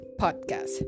Podcast